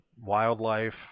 wildlife